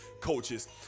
coaches